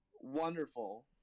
wonderful